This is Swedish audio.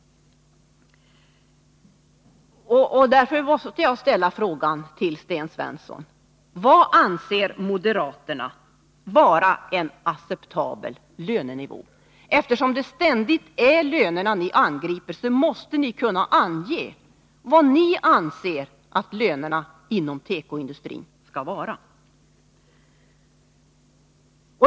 Därför måste jag ställa denna fråga till Sten Svensson: Vad anser moderaterna vara en acceptabel lönenivå? Eftersom det ständigt är lönerna som ni angriper måste ni kunna ange hur höga ni anser att lönerna inom tekoindustrin skall vara.